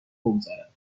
بگذارد